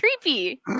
Creepy